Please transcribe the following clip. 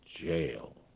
jail